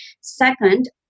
Second